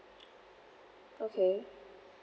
okay